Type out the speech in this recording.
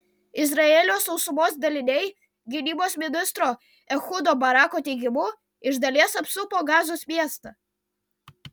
izraelio sausumos daliniai gynybos ministro ehudo barako teigimu iš dalies apsupo gazos miestą